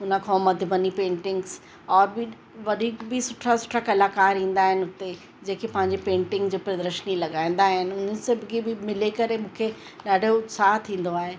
उनखां मधुबनी पेंटिंग्स और बि वधीक बि सुठा सुठा कलाकार ईंदा आहिनि उते जेके पंहिंजी पेंटिंग जी प्रदर्शनी लॻाईंदा आहिनि उन सभ खे बि मिली करे मूंखे ॾाढो उत्साह थींदो आहे